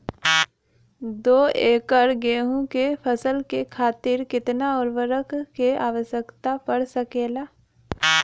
दो एकड़ गेहूँ के फसल के खातीर कितना उर्वरक क आवश्यकता पड़ सकेल?